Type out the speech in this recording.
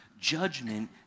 judgment